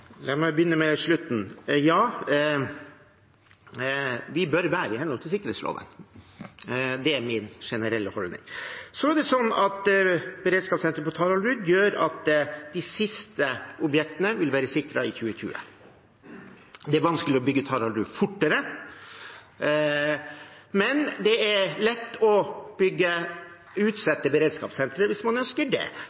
La meg begynne med slutten. Ja, det bør være i henhold til sikkerhetsloven. Det er min generelle holdning. Beredskapssenteret på Taraldrud gjør at de siste objektene vil være sikret i 2020. Det er vanskelig å bygge Taraldrud fortere, men det er lett å